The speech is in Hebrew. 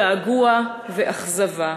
געגוע ואכזבה,